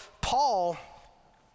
Paul